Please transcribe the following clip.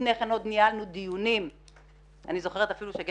לפני כן עוד ניהלנו דיונים ואני אפילו זוכרת שיעל